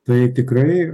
tai tikrai